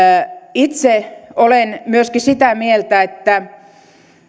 itse olen myöskin sitä mieltä että